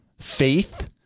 faith